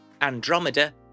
Andromeda